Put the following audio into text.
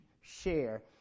share